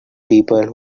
people